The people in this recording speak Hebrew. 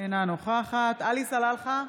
אינה נוכחת עלי סלאלחה,